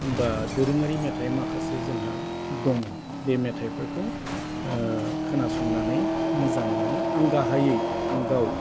बा दोरोङारि मेथाइ माखासे जोंहा दङ बे मेथाइफोरखौ खोनासंनानै मोजां मोनो आं गाहायै आं गाव